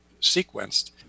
sequenced